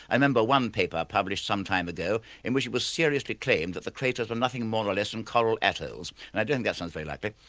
i remember one paper publishing some time ago in which it was seriously claimed that the craters were nothing more or less than coral atolls, and i don't think that sounds very likely.